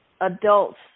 adults